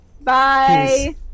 Bye